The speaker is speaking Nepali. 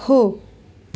हो